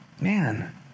Man